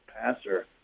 passer